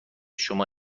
شما